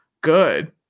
good